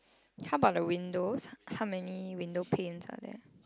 how about the windows how many window planes are there